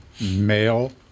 male